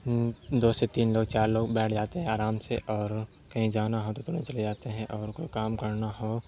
دو سے تین لوگ چار لوگ بیٹھ جاتے ہیں آرام سے اور کہیں جانا ہو تو ترنت چلے جاتے ہیں اور کوئی کام کرنا ہو